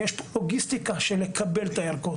כי יש לוגיסטיקה של לקבל את הערכות,